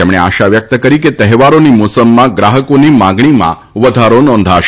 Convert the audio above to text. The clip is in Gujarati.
તેમણે આશા વ્યક્ત કરી છે કે તહેવારોની મોસમમાં ગ્રાહકોની માગણીમાં વધારો નોંધાશે